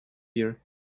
here